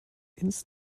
ins